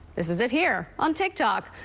this is it here on tiktok.